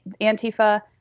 Antifa